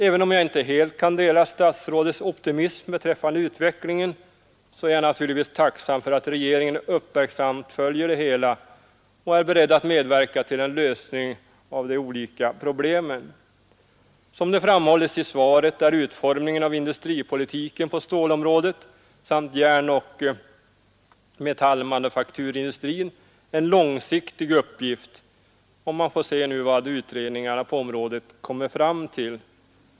Även om jag inte helt kan dela statsrådets optimism beträffande utvecklingen är jag naturligtvis tacksam för att regeringen uppmärksamt följer frågan och är beredd att medverka till en lösning av de olika problemen. Som det framhållits i svaret är utformningen av industripolitiken på stålområdet samt inom järnoch metallmanufakturindustrin en långsiktig uppgift. Man får avvakta och se vad utredningarna på området kommer fram till.